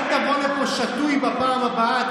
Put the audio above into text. אל תבוא לפה שתוי בפעם הבאה,